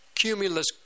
cumulus